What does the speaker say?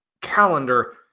calendar